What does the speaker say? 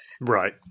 right